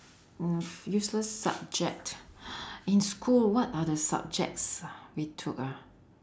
mm useless subject in school what are the subjects we took ah